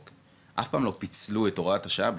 אוקיי, אף פעם לא פיצלו את הוראת השעה?